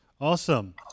Awesome